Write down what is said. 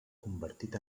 convertit